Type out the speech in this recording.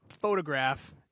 Photograph